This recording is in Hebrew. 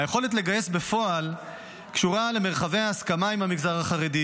היכולת לגייס בפועל קשורה למרחבי ההסכמה עם המגזר החרדי